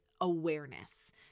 awareness